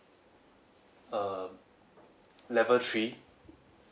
err level three